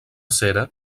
cera